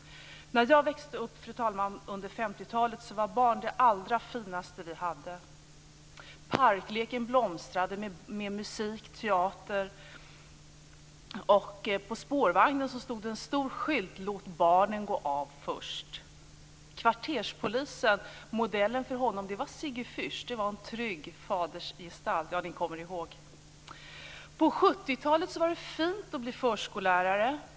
När jag växte upp under 50-talet, fru talman, var barn det allra finaste vi hade. Parkleken blomstrade med musik och teater. På spårvagnen stod det en stor skylt: Låt barnen gå av först! Modellen för kvarterspolisen var Sigge Fürst. Det var en trygg fadersgestalt. Ja, ni kommer ihåg. På 70-talet var det fint att bli förskollärare.